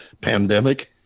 pandemic